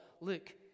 Look